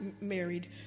married